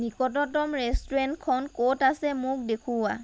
নিকটতম ৰেষ্টুৰেণ্টখন ক'ত আছে মোক দেখুওৱা